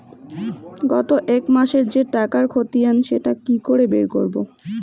গত এক মাসের যে টাকার খতিয়ান সেটা কি করে বের করব?